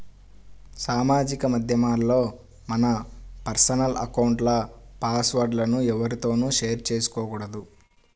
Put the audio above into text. సామాజిక మాధ్యమాల్లో మన పర్సనల్ అకౌంట్ల పాస్ వర్డ్ లను ఎవ్వరితోనూ షేర్ చేసుకోకూడదు